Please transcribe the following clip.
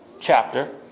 chapter